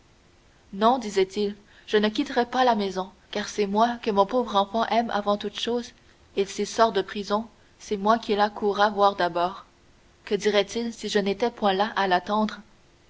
non disait-il je ne quitterai pas la maison car c'est moi que mon pauvre enfant aime avant toutes choses et s'il sort de prison c'est moi qu'il accourra voir d'abord que dirait-il si je n'étais point là à l'attendre